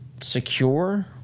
secure